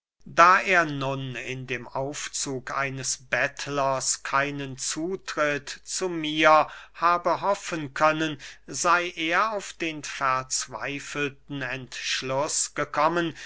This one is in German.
da er nun in dem aufzug eines bettlers keinen zutritt zu mir habe hoffen können sey er auf den verzweifelten entschluß gekommen